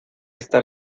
estar